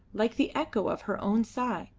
like the echo of her own sigh,